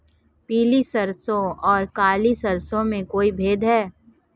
पीली सरसों और काली सरसों में कोई भेद है?